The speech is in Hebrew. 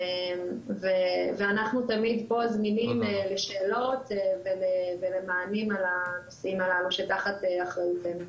אנחנו תמיד פה זמינים לשאלות ולמענים על הנושאים הללו שתחת אחריותנו.